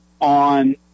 on